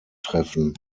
treffen